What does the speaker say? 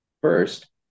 First